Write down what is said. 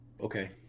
Okay